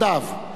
נטלי,